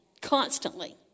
Constantly